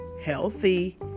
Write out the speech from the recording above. healthy